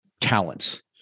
talents